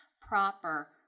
proper